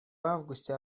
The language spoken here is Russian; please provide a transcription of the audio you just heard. августе